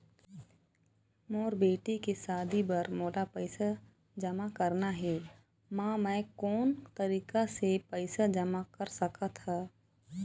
मोर बेटी के शादी बर मोला पैसा जमा करना हे, म मैं कोन तरीका से पैसा जमा कर सकत ह?